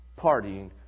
partying